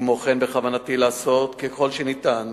כמו כן, בכוונתי לעשות כל שניתן